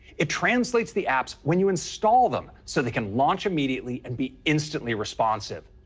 it translates the apps when you install them, so they can launch immediately and be instantly responsive.